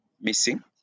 missing